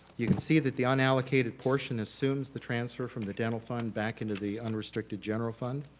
you can see that the unallocated portion assumes the transfer from the dental fund back into the unrestricted general fund.